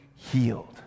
healed